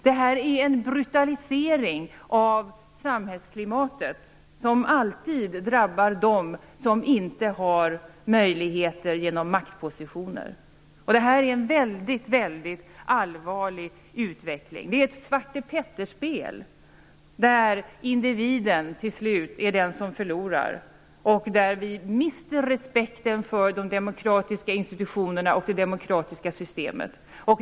Det här är en brutalisering av samhällsklimatet, som alltid drabbar dem som inte har möjligheter genom maktpositioner. Det här är en väldigt allvarlig utveckling. Det är ett svartepetterspel där individen till slut är den som förlorar och där vi mister respekten för de demokratiska institutionerna och det demokratiska systemet.